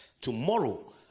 Tomorrow